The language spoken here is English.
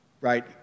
right